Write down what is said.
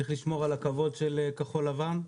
צריך לשמור על הכבוד של כחול לבן,